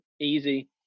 easy